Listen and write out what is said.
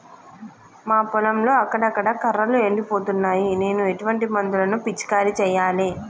మా పొలంలో అక్కడక్కడ కర్రలు ఎండిపోతున్నాయి నేను ఎటువంటి మందులను పిచికారీ చెయ్యాలే?